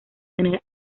tener